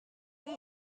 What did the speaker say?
much